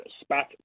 Spat